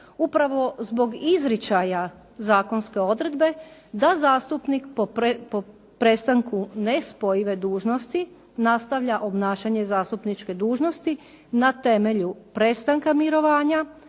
upravo zbog izričaja zakonske odredbe da zastupnik po prestanku nespojive dužnosti nastavlja obnašanje zastupničke dužnosti na temelju prestanka mirovanja,